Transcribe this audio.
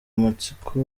amatsiko